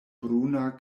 bruna